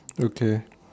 okay